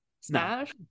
smash